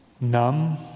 Numb